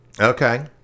okay